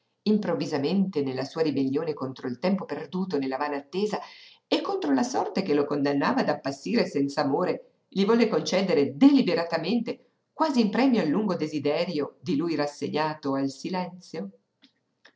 improvvisamente nella sua ribellione contro il tempo perduto nella vana attesa e contro la sorte che la condannava ad appassire senz'amore gli volle concedere deliberatamente quasi in premio al lungo desiderio di lui rassegnato al silenzio